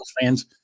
fans